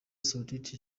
saoudite